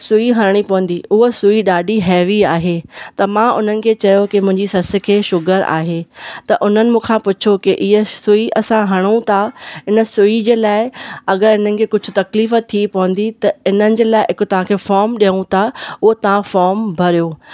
सुई हणिणी पवंदी उहा सुई ॾाढी हैवी आहे त मां हुननि खे चयो की मुंहिंजी ससु खे शुगर आहे त उन्हनि मूंखा पुछो की हीअ सुई असां सुई हणूं था हिन सुई जे लाइ अगरि हिननि खे कुझु तकलीफ़ु थी पवंदी त इन्हनि जे लाइ हिकु तव्हांखे फॉर्म ॾियूं था उहो तव्हां फॉर्म भरियो